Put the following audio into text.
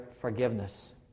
forgiveness